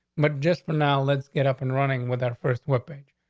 but just for now. let's get up and running with our first weapons.